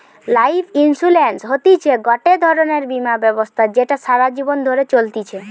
life insurance হতিছে গটে ধরণের বীমা ব্যবস্থা যেটা সারা জীবন ধরে চলতিছে